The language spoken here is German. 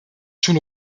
schon